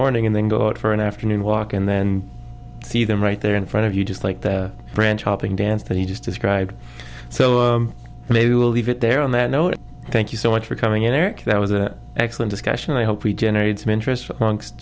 morning and then go out for an afternoon walk and then see them right there in front of you just like the branch hopping dance that you just described so maybe we'll leave it there on that note thank you so much for coming in eric that was an excellent discussion and i hope we generated some interest amongst